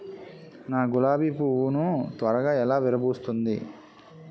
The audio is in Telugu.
నా గులాబి పువ్వు ను త్వరగా ఎలా విరభుస్తుంది?